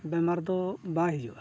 ᱵᱮᱢᱟᱨ ᱫᱚ ᱵᱟᱭ ᱦᱤᱡᱩᱜᱼᱟ